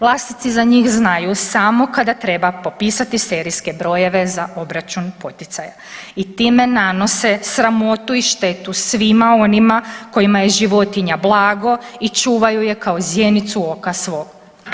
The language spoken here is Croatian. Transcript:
Vlasnici za njih znaju samo kada treba popisati serijske brojeve za obračun poticaja i time nanose sramotu i štetu svima onima kojima je životinja blago i čuvaju je kao zjenicu oka svog.